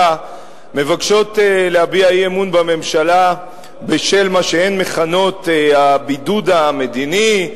מבקשות להביע אי-אמון בממשלה בשל מה שהן מכנות "הבידוד המדיני",